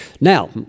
Now